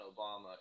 Obama